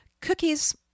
cookies